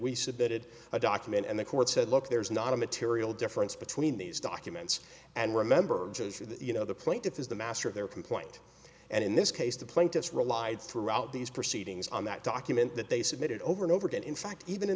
submitted a document and the court said look there's not a material difference between these documents and remember you know the plaintiff is the master of their complaint and in this case the plaintiffs relied throughout these proceedings on that document that they submitted over and over again in fact even in